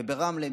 ברמלה,